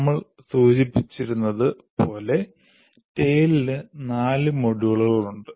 നമ്മൾ സൂചിപ്പിച്ചിരുന്നത് പോലെ TALE ന് നാല് മൊഡ്യൂളുകൾ ഉണ്ട്